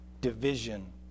division